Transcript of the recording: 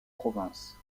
province